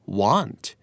want